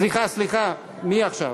סליחה, סליחה, מי עכשיו?